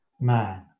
man